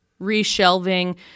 reshelving